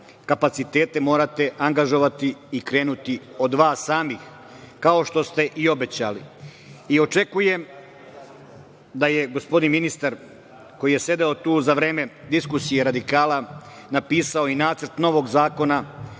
kapacitete morate angažovati i krenuti od vas samih, kao što ste i obećali. Očekujem da je gospodin ministar, koji je sedeo tu za vreme diskusije radikala, napisao i nacrt novog zakona